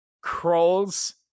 crawls